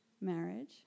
Marriage